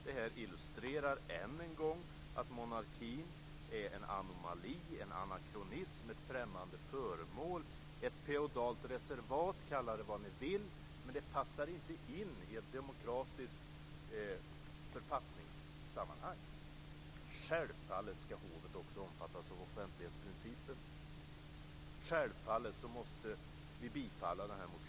Det här illustrerar än en gång att monarkin är en anomali, en anakronism, ett främmande föremål, ett feodalt reservat - kalla det vad ni vill, men det passar inte in i ett demokratiskt författningssammanhang. Självfallet ska hovet också omfattas av offentlighetsprincipen.